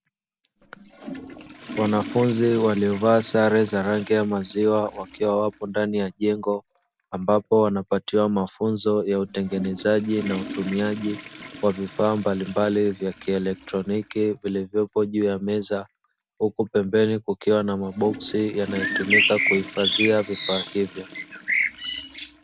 Wanafunzi waliovalia sare za rangi ya maziwa wakiwa wapo ndani ya jengo kubwa wakipatiwa wakipewa mafunzo ya utengenezaji na utumiaji wa vifaa mbalimbali vya kieletroniki , vilivyopo juu ya meza huku pembeni kukiwa na maboksi yanayotumika kuhifadhia vifaa tiba.